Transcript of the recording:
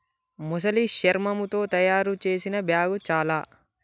మొసలి శర్మముతో తాయారు చేసిన బ్యాగ్ చాల